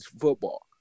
football